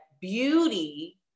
beauty